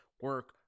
Work